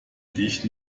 dich